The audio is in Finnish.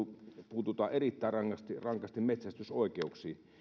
puututaan erittäin rankasti rankasti metsästysoikeuksiin